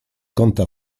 kąta